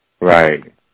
Right